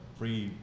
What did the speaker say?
free